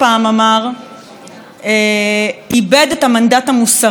איבד את המנדט המוסרי להמשיך ולשלוט,